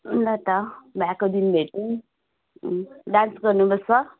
ल त बिहाको दिन भेटौँ डान्स गर्नुपर्छ